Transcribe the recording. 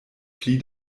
pli